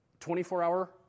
24-hour